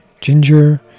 ginger